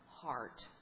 heart